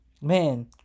man